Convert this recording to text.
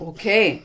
Okay